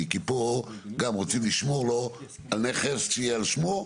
כי פה גם רוצים לשמור לו על נכס שיהיה על שמו,